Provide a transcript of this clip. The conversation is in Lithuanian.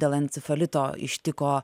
dėl encifalito ištiko